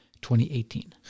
2018